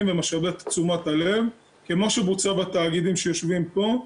ואת תשומת הלב כמו שבוצעה בתאגידים שיושבים פה,